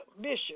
Bishop